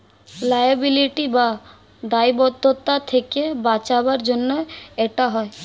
liability বা দায়বদ্ধতা থেকে বাঁচাবার জন্য এটা হয়